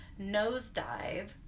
nosedive